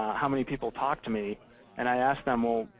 how many people talk to me and i ask them, well,